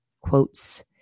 quotes